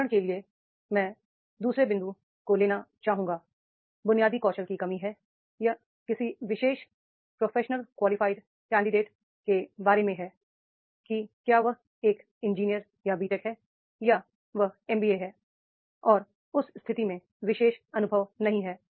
उदाहरण के लिए मैं दू सरे बिंदु लेना चाहूंगा बुनियादी कौशल की कमी है यह किसी विशेष र प्रोफेशनल क्वालिफाइड कैंडिडेट के बारे में है कि क्या वह एक इंजीनियर या बीटेक है या वह एमबीए है और उस स्थिति में विशेष अनुभव नहीं है